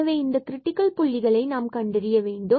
எனவே இந்த கிரிட்டிகல் புள்ளிகளை நாம் கண்டறிய வேண்டும்